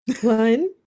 One